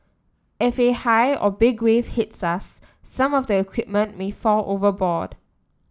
if a high or big wave hits us some of the equipment may fall overboard